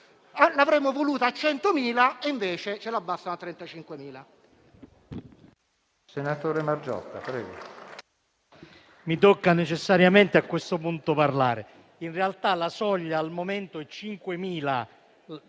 L'avremmo voluta a 100.000 euro e invece l'abbassano a 35.000.